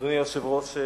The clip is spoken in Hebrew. אדוני היושב-ראש,